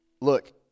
Look